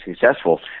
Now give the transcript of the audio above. successful